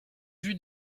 vue